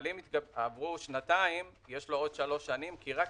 אבל אם עברו שנתיים, יש לו עוד שלוש שנים כי רק